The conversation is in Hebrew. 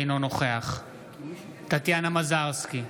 אינו נוכח טטיאנה מזרסקי,